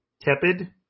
tepid